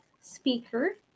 speaker